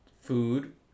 Food